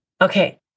Okay